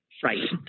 frightened